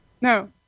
No